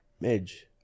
Midge